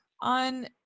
on